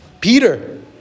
Peter